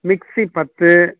mixie பத்து